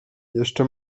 jeszcze